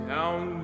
Down